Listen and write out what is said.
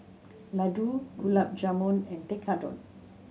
Ladoo Gulab Jamun and Tekkadon